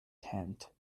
tent